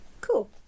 cool